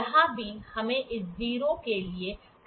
यहां भी हमें इस 0 के लिए अडजस्ट करने की आवश्यकता है